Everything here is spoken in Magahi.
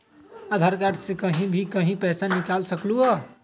आधार कार्ड से कहीं भी कभी पईसा निकाल सकलहु ह?